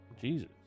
Jesus